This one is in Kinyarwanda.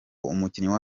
umukinnyi